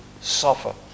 suffer